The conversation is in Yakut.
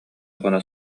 хоно